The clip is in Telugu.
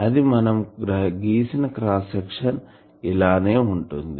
అనగా మనం గీసిన క్రాస్ సెక్షన్ఇలానే ఉంటుంది